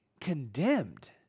condemned